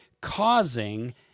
causing